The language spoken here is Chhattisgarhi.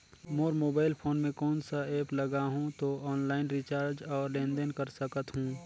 मोर मोबाइल फोन मे कोन सा एप्प लगा हूं तो ऑनलाइन रिचार्ज और लेन देन कर सकत हू?